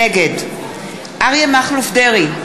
נגד אריה מכלוף דרעי,